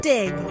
Dig